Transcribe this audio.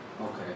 okay